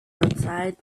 outside